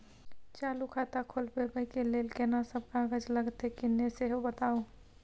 चालू खाता खोलवैबे के लेल केना सब कागज लगतै किन्ने सेहो बताऊ?